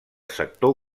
sector